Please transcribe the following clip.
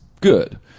good